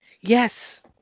Yes